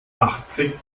achtzig